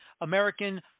American